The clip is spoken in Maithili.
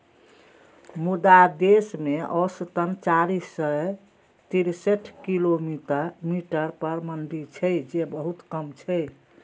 मुदा देश मे औसतन चारि सय तिरेसठ किलोमीटर पर मंडी छै, जे बहुत कम छै